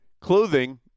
Clothing